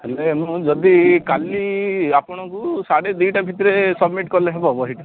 ହେଲେ ମୁଁ ଯଦି କାଲି ଆପଣଙ୍କୁ ସାଢ଼େ ଦୁଇଟା ଭିତରେ ସବ୍ମିଟ୍ କଲେ ହେବ ବହିଟା